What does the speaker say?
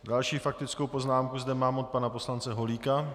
Další faktickou poznámku zde mám od pana poslance Holíka.